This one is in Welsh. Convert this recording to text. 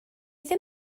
ddim